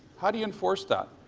how do you enforce that?